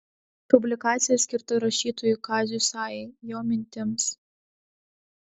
publikacija skirta rašytojui kaziui sajai jo mintims